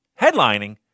headlining